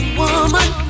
woman